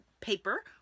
Paper